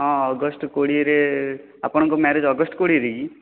ହଁ ଅଗଷ୍ଟ କୋଡ଼ିଏ ରେ ଆପଣଙ୍କ ମ୍ୟାରେଜ ଅଗଷ୍ଟ କୋଡ଼ିଏରେ କି